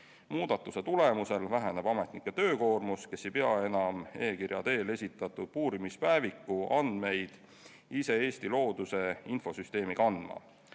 Muudatuse tulemusel väheneb ametnike töökoormus, sest nad ei pea enam e-kirja teel esitatud puurimispäeviku andmeid ise Eesti looduse infosüsteemi kandma.